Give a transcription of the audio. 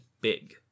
big